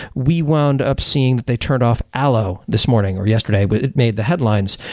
we wound up seeing that they turned off allo this morning or yesterday. but it made the headlines.